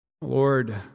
Lord